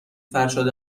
فرشاد